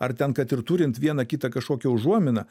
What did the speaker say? ar ten kad ir turint vieną kitą kažkokią užuominą